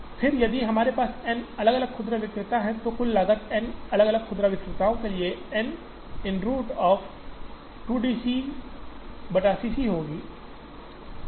फिर यदि हमारे पास N अलग अलग खुदरा विक्रेताओं है तो कुल लागत n अलग अलग खुदरा विक्रेताओं के लिए N into root of 2 D CC c होगी